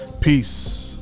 Peace